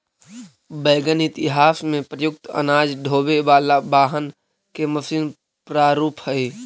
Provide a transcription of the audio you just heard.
wagon इतिहास में प्रयुक्त अनाज ढोवे वाला वाहन के मशीन प्रारूप हई